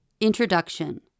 Introduction